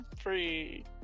free